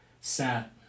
sat